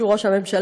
שהוא ראש הממשלה,